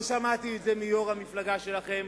לא שמעתי את זה מיושב-ראש המפלגה שלכם,